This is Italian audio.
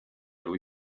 lui